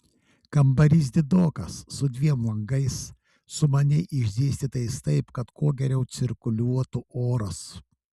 kambarys didokas su dviem langais sumaniai išdėstytais taip kad kuo geriau cirkuliuotų oras